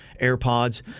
AirPods